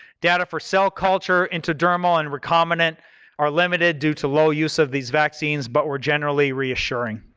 data for cell culture, intradermal and recombinant are limited due to low use of these vaccines, but were generally reassuring.